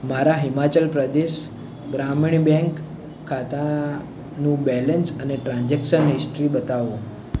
મારા હિમાચલ પ્રદેશ ગ્રામીણ બેંક ખાતાનું બેલેન્સ અને ટ્રાન્જેક્સન હિસ્ટ્રી બતાવો